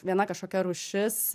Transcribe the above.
viena kažkokia rūšis